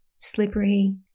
slippery